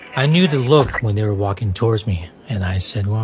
i knew the look when they were walking towards me and i said, well,